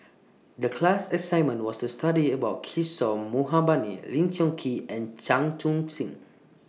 The class assignment was to study about Kishore Mahbubani Lee Choon Kee and Chan Chun Sing